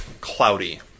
cloudy